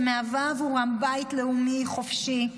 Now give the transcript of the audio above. שמהווה עבורם בית לאומי חופשי,